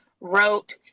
wrote